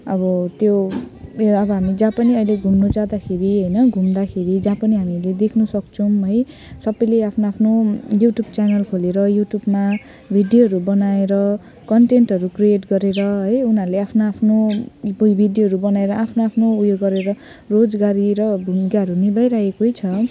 अब त्यो ए अब हामी जहाँ पनि अहिले घुम्नु जाँदाखेरि होइन घुम्दाखेरि जहाँ पनि हामीले देख्न सक्छौँ है सबैले आफ्नो आफ्नो यु ट्युब च्यानल खोलेर युट्युबमा भिडियोहरू बनाएर कन्टेन्टहरू क्रिएट गरेर है उनीहरूले आफ्नो आफ्नो बुइ भिडियोहरू बनाएर आफ्नो आफ्नो उयो गरेर रोजगारी र भूमिकाहरू निभाइरहेकै छ